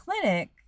clinic